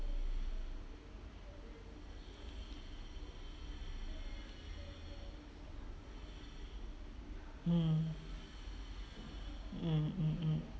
mm mm mmhmm